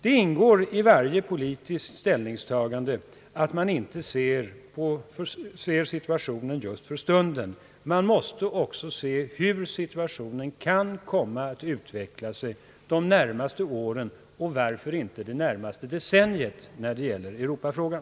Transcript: Det ingår i varje politiskt ställningstagande att man inte ser situationen just för stunden. Man måste också se hur situationen kan komma att utveckla sig de närmaste åren — och varför inte det närmaste decenniet — när det gäller Europa-frågan.